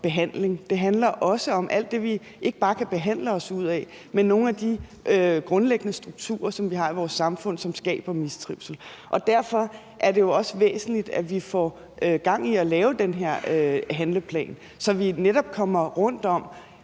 behandling og om alt det, vi ikke bare kan behandle os ud af, men også om nogle af de grundlæggende strukturer, vi har i vores samfund, som skaber mistrivsel. Derfor er det også væsentligt, at vi får gang i at lave den her handleplan, så vi netop kommer rundt om